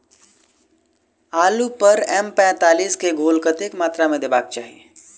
आलु पर एम पैंतालीस केँ घोल कतेक मात्रा मे देबाक चाहि?